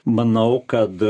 manau kad